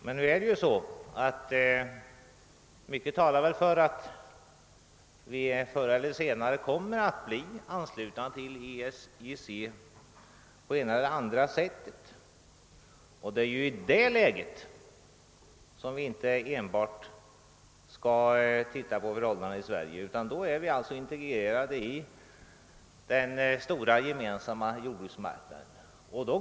Men nu är det ju så, att mycket talar för att vi förr eller senare kommer att bli anslutna till EEC på det ena eller andra sättet, och det är i det läget som vi inte enbart skall se på förhållandena i Sverige, utan då är vi integrerade i den stora gemensamma jordbruksmarknaden.